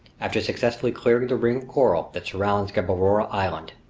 after successfully clearing the ring of coral that surrounds gueboroa island.